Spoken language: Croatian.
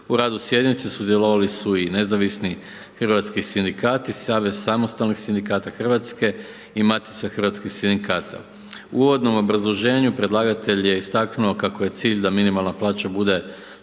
u radu sjednice sudjelovali su i Nezavisnih hrvatski sindikati, Savez samostalnih sindikata Hrvatske i Matica hrvatskih sindikata. U uvodnom obrazloženju predlagatelj je istaknuo kako je cilj da minimalna plaća bude socijalno